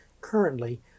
currently